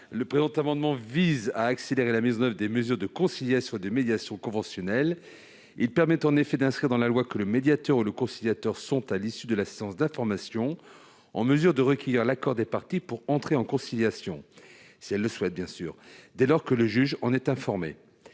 Cet amendement vise à accélérer la mise en oeuvre des mesures de conciliation et de médiation conventionnelle en inscrivant dans la loi que le médiateur ou le conciliateur sont, à l'issue de la séance d'information, en mesure de recueillir l'accord des parties pour entrer en conciliation dès lors que le juge en est informé.